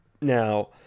Now